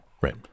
Right